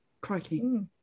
Crikey